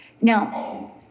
Now